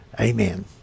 Amen